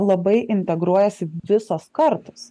labai integruojasi visos kartos